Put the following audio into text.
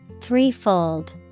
Threefold